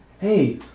Hey